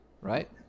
right